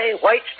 white